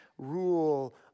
Rule